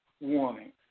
warning